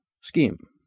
scheme